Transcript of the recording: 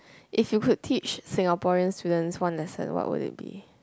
if you could teach Singaporean students one lesson what would it be